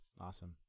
Awesome